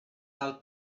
out